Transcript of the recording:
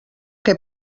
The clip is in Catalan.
que